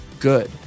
Good